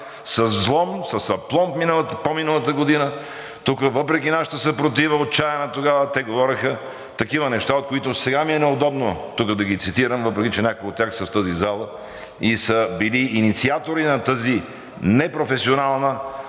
с взлом, с апломб по-миналата година. Тука въпреки нашата съпротива – отчаяна тогава, те говореха такива неща, които сега ми е неудобно тук да ги цитирам, въпреки че някои от тях са в тази зала и са били инициатори на тази непрофесионална